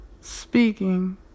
speaking